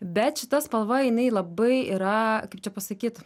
bet šita spalva jinai labai yra kaip čia pasakyt